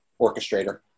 orchestrator